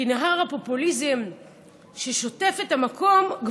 כי נהר הפופוליזם שכבר שוטף את המקום,